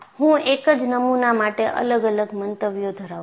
હું એક જ નમૂના માટે અલગ અલગ મંતવ્યો ધરાવો છો